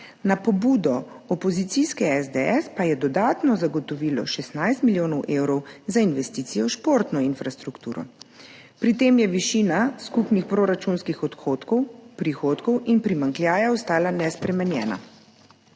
na pobudo opozicijske SDS pa je dodatno zagotovilo 16 milijonov evrov za investicije v športno infrastrukturo. Pri tem je višina skupnih proračunskih odhodkov, prihodkov in primanjkljaja ostala nespremenjena.